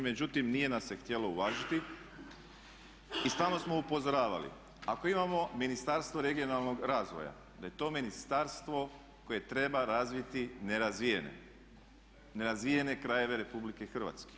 Međutim nije nas se htjelo uvažiti i stalno smo upozoravali ako imamo Ministarstvo regionalnog razvoja da je to ministarstvo koje treba razviti nerazvijene, nerazvijene krajeve RH.